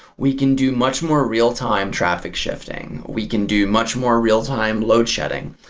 we can do much more real-time traffic shifting. we can do much more real-time load shedding.